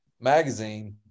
magazine